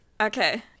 okay